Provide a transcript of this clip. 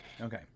Okay